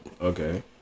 okay